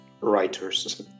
writers